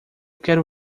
quero